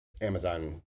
Amazon